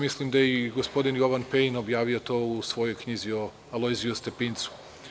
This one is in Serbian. Mislim da je i gospodin Jovan Pejin objavio to u svojoj knjizi o Alojziju Stepincu.